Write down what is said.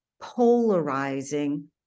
polarizing